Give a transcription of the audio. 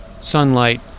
sunlight